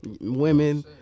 women